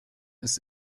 ist